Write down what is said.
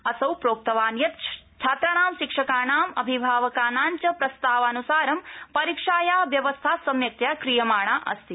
असौ प्रोक्तवान् यत् छात्राणां शिक्षकाणां अभिभावकानाञ्च प्रस्तावानुसार परीक्षाया व्यवस्था सम्यक्तया क्रियमाणा अस्ति